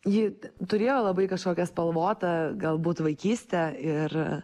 ji turėjo labai kažkokią spalvotą galbūt vaikystę ir